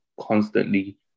constantly